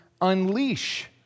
unleash